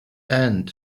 and